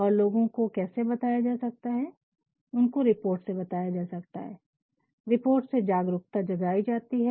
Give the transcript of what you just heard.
और लोगो को कैसे बताया जा सकता है उनको रिपोर्ट से बताया जा सकता है रिपोर्ट से जागरूकता जगाई जाती है